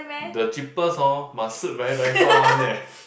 the cheapest hor must sit very very far one eh